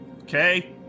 Okay